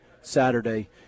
Saturday